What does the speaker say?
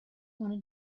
wanted